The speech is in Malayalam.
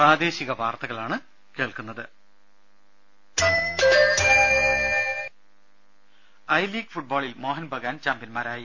ദേഴ ഐ ലീഗ് ഫുട്ബോളിൽ മോഹൻബഗാൻ ചാമ്പ്യൻമാരായി